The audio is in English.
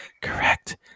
Correct